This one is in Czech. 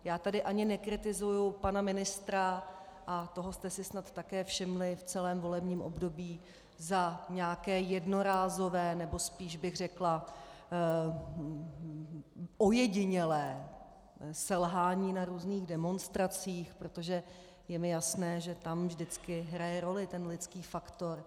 Já tady ani nekritizuji pana ministra, a toho jste si snad také všimli v celém volebním období, za nějaké jednorázové, nebo spíš bych řekla ojedinělé selhání na různých demonstracích, protože je mi jasné, že tam vždycky hraje roli ten lidský faktor.